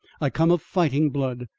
i come of fighting blood.